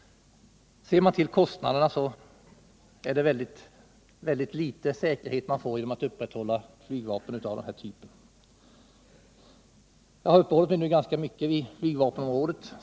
Ser man till kostnaderna är det väldigt litet säkerhet man får genom att upprätthålla ett flygvapen av den här typen. Jag har nu uppehållit mig ganska mycket vid flygvapenområdet.